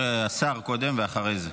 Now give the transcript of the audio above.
קודם השר, ואחרי זה.